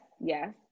yes